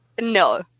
No